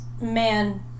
man